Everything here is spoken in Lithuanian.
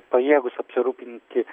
pajėgūs apsirūpinti